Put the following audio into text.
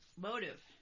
motive